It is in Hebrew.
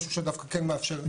זה משהו שהוא, מבחינתנו,